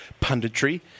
punditry